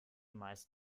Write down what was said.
meist